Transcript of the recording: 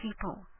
people